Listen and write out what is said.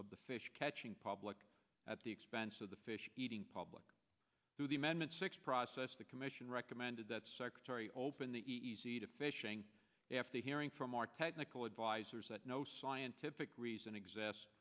of the fish catching public at the expense of the fish eating public through the amendments six process the commission recommended that secretary open the easy to fishing after hearing from our technical advisers that no scientific reason exists